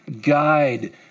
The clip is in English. guide